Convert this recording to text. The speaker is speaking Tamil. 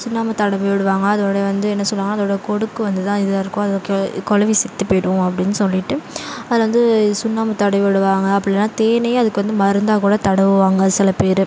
சுண்ணாம்பு தடவி விடுவாங்க அதோடு வந்து என்ன சொல்லுவாங்கன்னால் அதோடய கொடுக்கு வந்து தான் இதாக இருக்கும் அதோடய குளவி செத்து போயிடும் அப்படினு சொல்லிட்டு அதில் வந்து சுண்ணாம்பு தடவி விடுவாங்க அப்படி இல்லைனா தேனையே அதுக்கு வந்து மருந்தாக கூட தடவுவாங்க சில பேர்